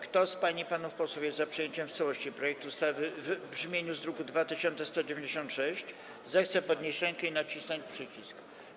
Kto z pań i panów posłów jest za przyjęciem w całości projektu ustawy w brzmieniu z druku nr 2196, zechce podnieść rękę i nacisnąć przycisk.